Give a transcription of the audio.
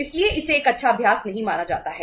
इसलिए इसे एक अच्छा अभ्यास नहीं माना जाता है